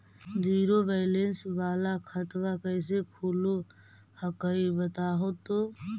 Zero balance वाला खतवा कैसे खुलो हकाई बताहो तो?